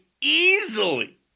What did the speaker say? easily